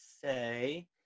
say